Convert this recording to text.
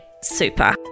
super